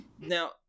Now